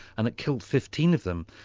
and it killed fifteen of them.